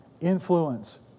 influence